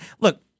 Look